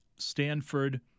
Stanford